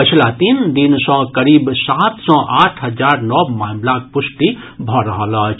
पछिला तीन दिन सँ करीब सात सँ आठ हजार नव मामिलाक पुष्टि भऽ रहल अछि